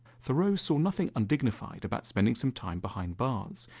thoreau saw nothing undignified about spending some time behind bars.